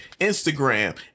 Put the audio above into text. Instagram